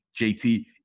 jt